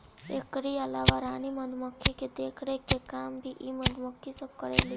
एकरी अलावा रानी मधुमक्खी के देखरेख के काम भी इ मधुमक्खी सब करेली